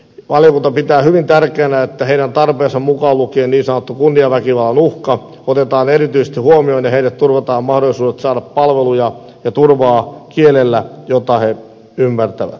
valiokunta pitää hyvin tärkeänä että heidän tarpeensa mukaan lukien niin sanottu kunniaväkivallan uhka otetaan erityisesti huomioon ja heille turvataan mahdollisuudet saada palveluja ja turvaa kielellä jota he ymmärtävät